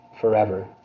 forever